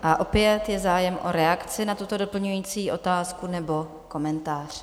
A opět je zájem o reakci na tuto doplňující otázku nebo komentář?